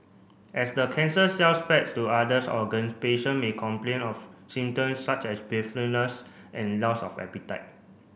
as the cancer cells spread to others organ patient may complain of symptoms such as breathlessness and loss of appetite